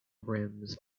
rims